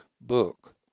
book